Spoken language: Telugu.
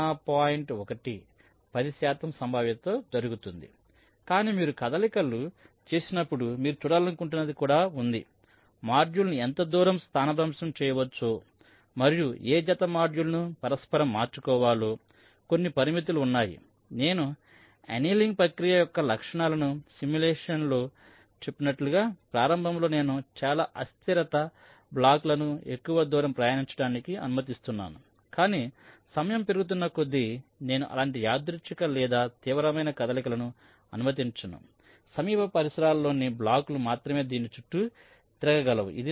1 10 శాతం సంభావ్యతతో జరుగుతుంది కానీ మీరు కదలికలు చేసినప్పుడు మీరు చూడాలనుకుంటున్నది కూడా ఉంది మాడ్యూల్ను ఎంత దూరం స్థానభ్రంశం చేయవచ్చో మరియు ఏ జత మాడ్యూల్ను పరస్పరం మార్చుకోవాలో కొన్ని పరిమితులు ఉన్నాయి నేను అన్నేలింగ్ ప్రక్రియ యొక్క లక్షణాలను సిమ్ములేషన్ లో చెప్పినట్లుగా ప్రారంభంలో నేను చాలా అస్థిరత బ్లాక్లను ఎక్కువ దూరం ప్రయాణించటానికి అనుమతిస్తున్నాను కానీ సమయం పెరుగుతున్న కొద్దీ నేను అలాంటి యాదృచ్ఛిక లేదా తీవ్రమైన కదలికలను అనుమతించను సమీప పరిసరాల్లోని బ్లాక్లు మాత్రమే దీని చుట్టూ తిరగగలవు